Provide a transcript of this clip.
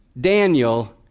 Daniel